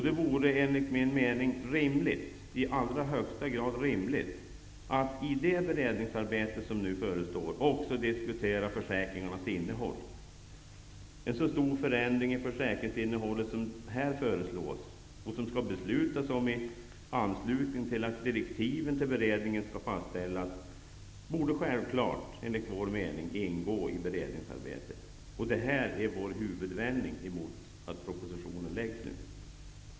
Det vore enligt min mening rimligt att i det beredningsarbete som nu förestår också diskutera försäkringarnas innehåll. En så stor förändring i försäkringsinnehållet som här föreslås och som skall beslutas om i anslutning till att direktiven till beredningen skall fastställas, borde självklart ingå i i beredningsarbetet. Detta är vår huvudinvändning mot propositionen.